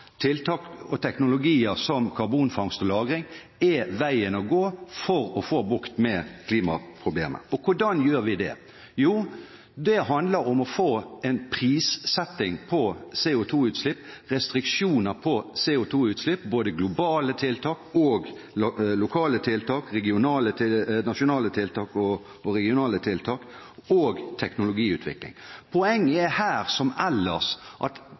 tiltak og teknologier som karbonfangst og -lagring er veien å gå for å få bukt med klimaproblemet. Hvordan gjør vi det? Det handler om å få satt en pris på og få restriksjoner på CO2-utslipp, få globale og lokale – nasjonale og regionale – tiltak og teknologiutvikling. Poenget er her – som ellers – at